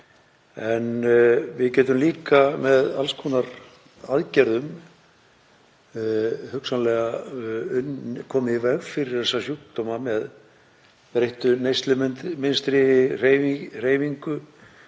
En við getum líka með alls konar aðgerðum hugsanlega komið í veg fyrir þessa sjúkdóma með breyttu neyslumynstri, hreyfingu